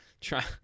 try –